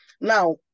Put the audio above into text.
Now